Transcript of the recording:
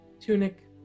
tunic